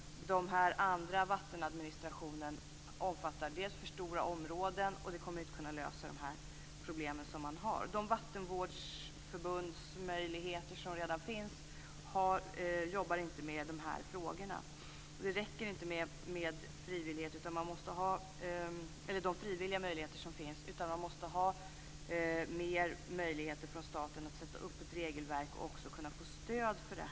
Den andra vattenadministrationen omfattar dels för stora områden, dels kommer den inte att kunna lösa de problem som finns. De vattenvårdsförbund som redan finns jobbar inte med dessa frågor. Det räcker inte med frivillighet, utan man måste ha fler möjligheter för staten att sätta upp ett regelverk och få stöd för det.